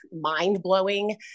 mind-blowing